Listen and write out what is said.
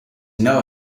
know